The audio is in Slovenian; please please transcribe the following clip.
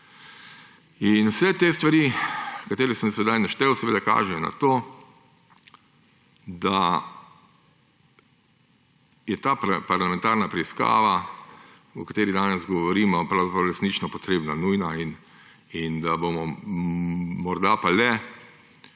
In vse te stvari, katere sem sedaj naštel, seveda kažejo na to, da je ta parlamentarna preiskava, o kateri danes govorimo, pravzaprav resnično potrebna, nujna in da bomo morda pa le